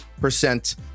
percent